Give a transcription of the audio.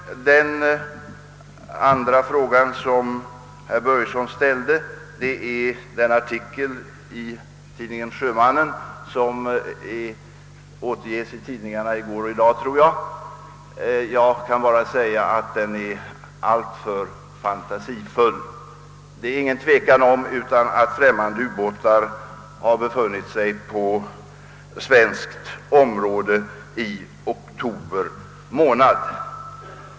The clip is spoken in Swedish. Den andra frågan som herr Börjesson i Falköping ställde gäller en artikel i tidningen Sjömannen, som jag tror har återgivits i pressen i går och i dag. Jag kan bara säga att den är alltför fantasifull. Det råder inget tvivel om att främmande ubåtar har befunnit sig på svenskt område i oktober månad.